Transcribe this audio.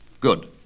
Good